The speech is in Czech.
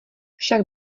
však